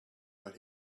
but